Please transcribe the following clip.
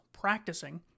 practicing